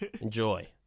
enjoy